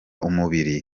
umubiri